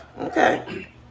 okay